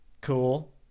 Cool